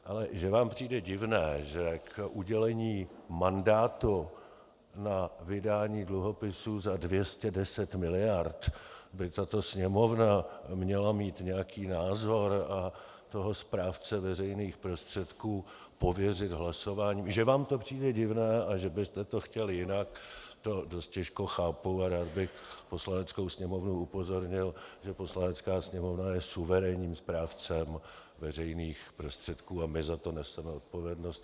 Ale že vám přijde divné, že k udělení mandátu na vydání dluhopisů za 210 miliard by tato Sněmovna měla mít nějaký názor a toho správce veřejných prostředků pověřit hlasováním, že vám to přijde divné a že byste to chtěl jinak, to dost těžko chápu a rád bych Poslaneckou sněmovnu upozornil, že Poslanecká sněmovna je suverénním správcem veřejných prostředků a my za to neseme odpovědnost.